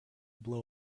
blow